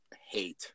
hate